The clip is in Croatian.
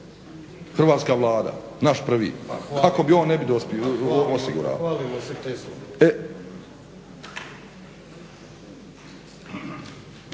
Hrvatska vlada naš prvi, kako bi on, ne bi dospio, osigurao.